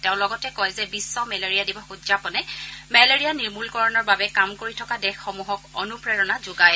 তেওঁ লগতে কয় যে বিশ্ব মেলেৰিয়া দিৱস উদযাপনে মেলেৰিয়া নিৰ্মূলকৰণৰ বাবে কাম কৰি থকা দেশসমূহক অনুপ্ৰেৰণা যোগায়